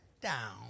down